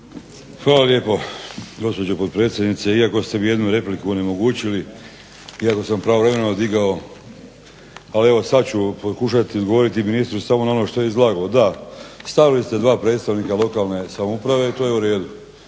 Hvala lijepo gospođo potpredsjednice. Iako ste mi jednu repliku onemogućili iako sam pravovremeno digao, ali evo sada ću pokušati odgovoriti ministru samo na ono što je izlagao. Da, stavili ste dva predstavnika lokalne samouprave i to je uredu.